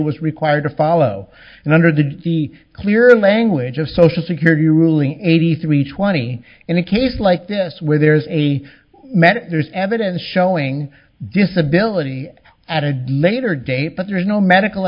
was required to follow and under the clear language of social security ruling eighty three twenty in a case like this where there's a man there's evidence showing disability added later date but there is no medical